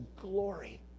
glory